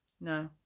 No